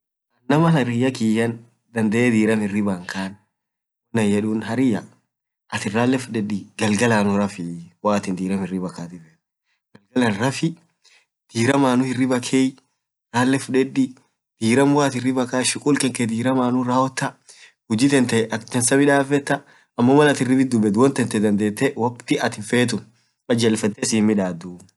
naam hariyya kiyya kaa dandee dirram hirribaa hinkaanwoan aninn yeddun hariyaa attin ralle fudediigalgalanuu raffi hoo atin diraam hiribaa keei ralee fuddedi, diram waat hiribaa kaat shukuul kee dirama rawotta huji tee akk dansaa midafetta amoo malaatin hiribit dubeet woantentee dandetee woaktii atin fetuun kajelfetee kajelfetee sii hinmidaduu.